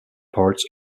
parts